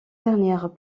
dernières